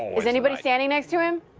is anybody standing next to him?